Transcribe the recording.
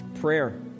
Prayer